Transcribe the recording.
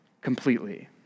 completely